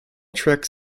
tracks